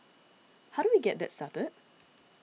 how do we get that started